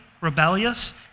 rebellious